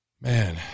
Man